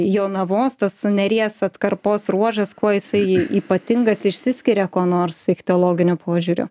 jonavos tas neries atkarpos ruožas kuo jisai į ypatingas išsiskiria kuo nors ichtiologiniu požiūriu